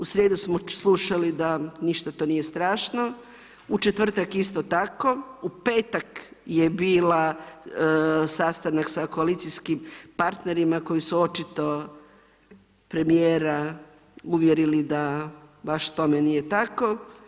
U srijedu smo slušali da ništa to nije strašno, u četvrtak isto tako, u petak je bio sastanak sa koalicijskim partnerima koji su očito premijera uvjerili da baš tome nije tako.